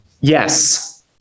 yes